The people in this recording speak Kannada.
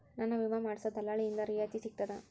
ನನ್ನ ವಿಮಾ ಮಾಡಿಸೊ ದಲ್ಲಾಳಿಂದ ರಿಯಾಯಿತಿ ಸಿಗ್ತದಾ?